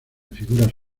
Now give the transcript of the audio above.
figuras